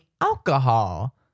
alcohol